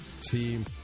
team